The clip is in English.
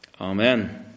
Amen